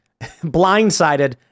blindsided